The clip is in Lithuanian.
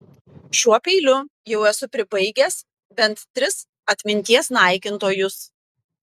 šiuo peiliu jau esu pribaigęs bent tris atminties naikintojus